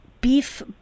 Beef